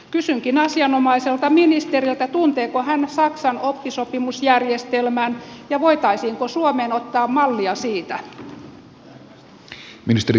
kysynkin asianomaiselta ministeriltä tunteeko hän saksan oppisopimusjärjestelmän ja voitaisiinko suomeen ottaa mallia siitä